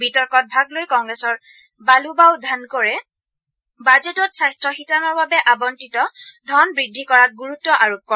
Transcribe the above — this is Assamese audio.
বিতৰ্কত ভাগ লৈ কংগ্ৰেছৰ বালুবাউ ধনোকৰে বাজেটত স্বাস্থ্য শিতানৰ বাবে আবণ্টিত ধন বৃদ্ধি কৰাত গুৰুত্ব আৰোপ কৰে